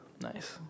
nice